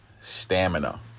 stamina